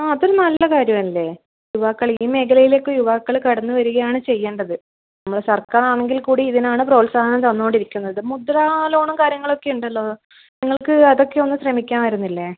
ആ അതും നല്ല കാര്യമല്ലേ യുവാക്കൾ ഈ മേഖലയിലേക്ക് യുവാക്കൾ കടന്നു വരികയാണ് ചെയ്യേണ്ടത് നമ്മുടെ സർക്കാറാണെങ്കിൽക്കൂടി ഇതിനാണ് പ്രോത്സാഹനം തന്നുകൊണ്ടിരിക്കുന്നത് മുദ്ര ലോണും കാര്യങ്ങളൊക്കെ ഉണ്ടല്ലോ നിങ്ങൾക്ക് അതൊക്കെയൊന്ന് ശ്രമിക്കാമായിരുന്നില്ലേ